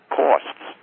costs